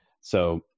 So-